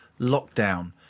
lockdown